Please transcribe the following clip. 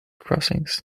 crossings